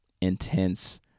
intense